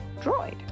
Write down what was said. droid